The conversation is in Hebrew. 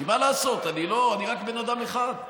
כי מה לעשות, אני רק בן אדם אחד,